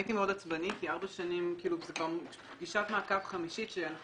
הייתי מאוד עצבני כי זו פגישת מעקב חמישית שאנחנו